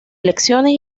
elecciones